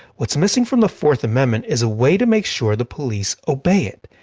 what's missing from the fourth amendment is a way to make sure the police obey it.